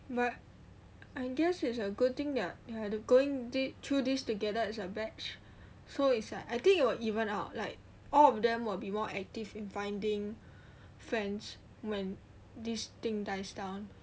but I guess it's a good thing that they're going th~ through this together as a batch so it's like I think it will even out like all of them will be more active in finding friends when this thing dies down